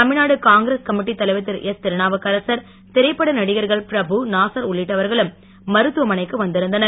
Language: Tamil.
தமிழ்நாடு காங்கிரஸ் கமிட்டி தலைவர் திருஎஸ்திருநாவுக்கரசர் திரைப்பட நடிகர்கள் பிரபு நாசர் உள்ளிட்டவர்களும் மருத்துவமனைக்கு வந்திருந்தனர்